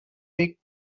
week